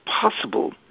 possible